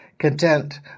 content